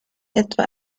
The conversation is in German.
etwa